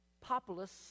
Populus